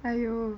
!aiyo!